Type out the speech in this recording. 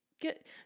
get